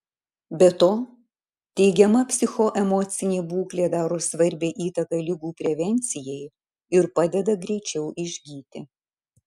be to teigiama psichoemocinė būklė daro svarbią įtaką ligų prevencijai ir padeda greičiau išgyti